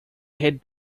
had